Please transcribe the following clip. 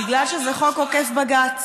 בגלל שזה חוק עוקף בג"ץ.